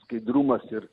skaidrumas ir